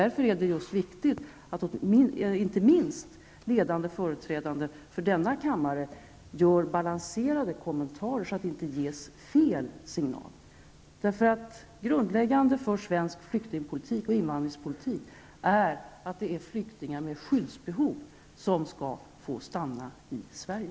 Därför är det viktigt att inte minst ledande företrädare för denna kammare gör balanserade kommentarer, så att inte fel signaler ges. Grundläggande för svensk flyktingpolitik och invandringspolitik är att det är flyktingar med skyddsbehov som skall få stanna i Sverige.